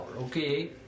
okay